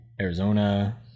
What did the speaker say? Arizona